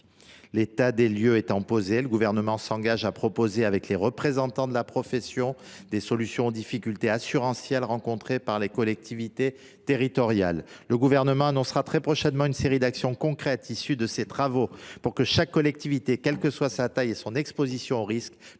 de marchés publics. Le Gouvernement s’engage à proposer, avec les représentants de la profession d’assureur, des solutions aux difficultés assurantielles rencontrées par les collectivités territoriales. Nous annoncerons ainsi très prochainement une série d’actions concrètes, inspirées de tous ces travaux, pour que chaque collectivité, quelles que soient sa taille et son exposition au risque,